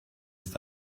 ist